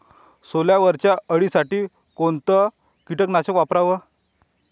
सोल्यावरच्या अळीसाठी कोनतं कीटकनाशक वापराव?